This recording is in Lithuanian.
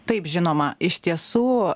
taip žinoma iš tiesų